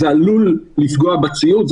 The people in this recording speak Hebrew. זה עלול לפגוע בציות.